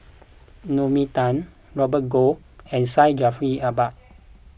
Naomi Tan Robert Goh and Syed Jaafar Albar